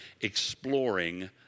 exploring